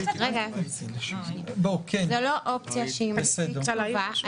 זאת לא אופציה מספיק טובה.